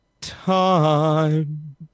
time